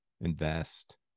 invest